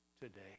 today